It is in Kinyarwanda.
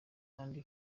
kandi